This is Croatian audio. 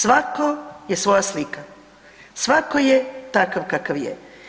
Svako je svoja slika, svako je takav kakav je.